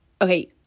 Okay